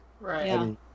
Right